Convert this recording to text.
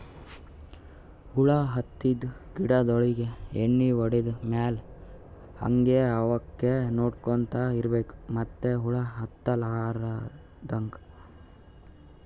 ಹುಳ ಹತ್ತಿದ್ ಗಿಡಗೋಳಿಗ್ ಎಣ್ಣಿ ಹೊಡದ್ ಮ್ಯಾಲ್ ಹಂಗೆ ಅವಕ್ಕ್ ನೋಡ್ಕೊಂತ್ ಇರ್ಬೆಕ್ ಮತ್ತ್ ಹುಳ ಹತ್ತಲಾರದಂಗ್